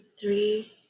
three